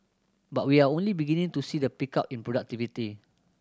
but we are only beginning to see the pickup in productivity